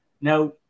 now